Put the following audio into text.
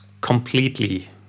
completely